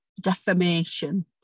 defamation